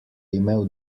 imel